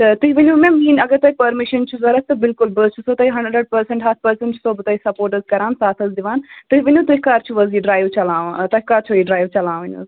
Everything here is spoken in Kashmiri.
تہٕ تُہۍ ؤنِو مےٚ میٛٲنۍ اگر تۄہہِ پٔرمِشَن چھُ ضوٚرَتھ تہٕ بِلکُل بہٕ حظ چھِسو تۄہہِ پٔرسَنٛٹ ہَتھ پٔرسَنٛٹ چھِسو بہٕ تۄہہِ سَپوٹ حظ کَران ساتھ حظ دِوان تُہۍ ؤنِو تُہۍ کَر چھُوحظ یہِ ڈرٛایِو چَلاوان تۄہہِ کَر چھُو یہِ ڈرٛایِو چَلاوٕنۍ حظ